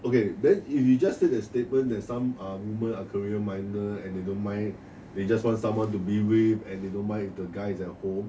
okay then if you just say the statement that some are women are career minded and they don't mind they just want someone to be with and they don't mind with the guys at home